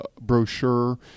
brochure